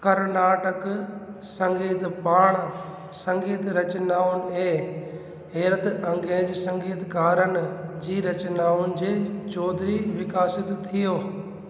कर्नाटक संगीत पाण संगीत रचनाउनि ऐं हैरतअंग्रेज संगीतकारनि जी रचनाउनि जे चौधारी विकासित थियो